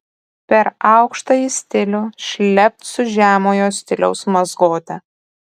per aukštąjį stilių šlept su žemojo stiliaus mazgote